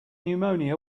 pneumonia